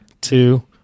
two